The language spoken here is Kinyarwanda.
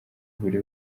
buri